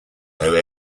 owe